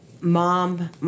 mom